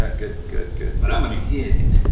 ah good, good, good. but i'm gonna hit it.